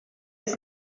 ist